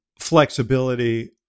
flexibility